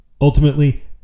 Ultimately